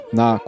na